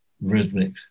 rhythmic